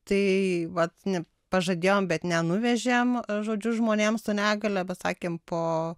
tai vat ne pažadėjom bet nenuvežėm žodžiu žmonėms su negalia bet sakėm po